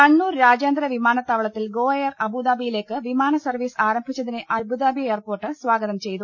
കണ്ണൂർ രാജ്യാന്തര വിമാനത്താവളത്തിൽ ഗോഎയർ അബൂ ദാബിയിലേയ്ക്ക് വിമാനസർവീസ് ആരംഭിച്ചതിനെ അബൂദാബി എയർപോർട്ട് സ്വാഗതം ചെയ്തു